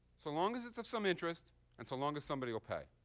so long as it's of some interest and so long as somebody will pay.